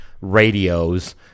radios